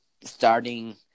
starting